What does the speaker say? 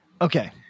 Okay